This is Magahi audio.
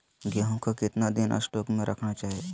गेंहू को कितना दिन स्टोक रखना चाइए?